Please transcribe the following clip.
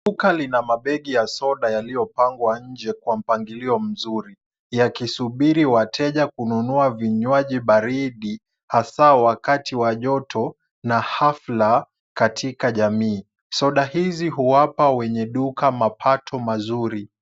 Duka lina mabegi ya soda yaliyopangwa nje kwa mpangilio mzuri, yakisubiri wateja kununua vinywaji baridi, hasaa wakati wa joto na hafla katika jamii. Soda hizi huwapa wenye duka mapato mazuri.